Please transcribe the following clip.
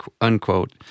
unquote